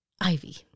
Ivy